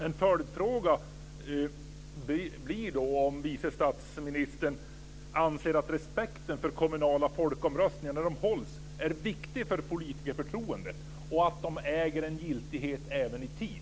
En följdfråga blir då om vice statsministern anser att respekten för kommunala folkomröstningar, när de hålls, är viktig för politikerförtroendet och om hon anser att de äger en giltighet även i tid.